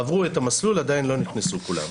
עברו את המסלול ועדיין לא נכנסו כולם.